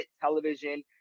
Television